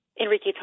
Enrique